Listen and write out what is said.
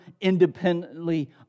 independently